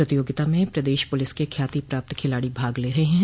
प्रतियोगिता में प्रदेश पुलिस के ख्याति प्राप्त खिलाड़ी भाग ले रहे हैं